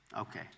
Okay